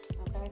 Okay